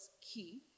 key